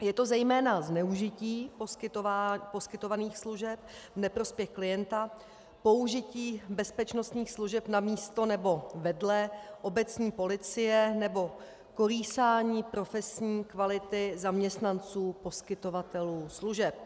Je to zejména zneužití poskytovaných služeb v neprospěch klienta, použití bezpečnostních služeb namísto nebo vedle obecní policie nebo kolísání profesní kvality zaměstnanců poskytovatelů služeb.